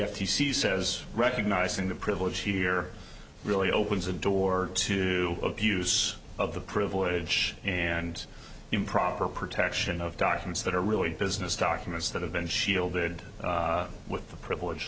c says recognizing the privilege here really opens the door to abuse of the privilege and improper protection of documents that are really business documents that have been shielded with the privilege